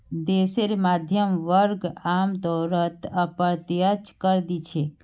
देशेर मध्यम वर्ग आमतौरत अप्रत्यक्ष कर दि छेक